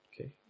Okay